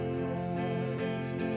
Christ